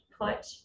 put